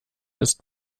ist